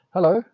Hello